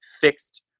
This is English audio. fixed